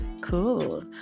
Cool